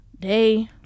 day